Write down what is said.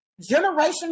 generation